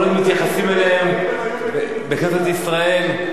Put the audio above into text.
כל עוד מתייחסים אליהם בכנסת ישראל,